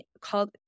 called